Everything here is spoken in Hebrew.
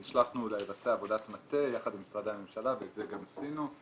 שנשלחנו לבצע עבודת מטה ביחד עם משרדי הממשלה וזה גם עשינו.